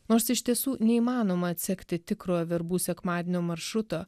nors iš tiesų neįmanoma atsekti tikrojo verbų sekmadienio maršruto